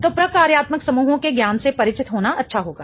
तो प्रकार्यात्मक समूहों के ज्ञान से परिचित होना अच्छा होगा